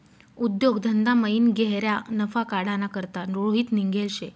उद्योग धंदामयीन गह्यरा नफा काढाना करता रोहित निंघेल शे